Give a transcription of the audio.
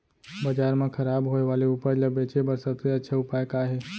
बाजार मा खराब होय वाले उपज ला बेचे बर सबसे अच्छा उपाय का हे?